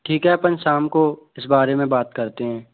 ठीक है अपन शाम को इस बारे में बात करते हैं